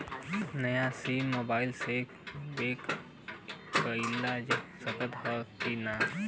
नया SIM mobile से book कइलजा सकत ह कि ना?